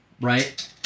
right